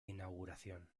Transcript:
inauguración